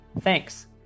Thanks